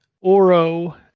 Oro